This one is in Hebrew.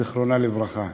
זיכרונה לברכה.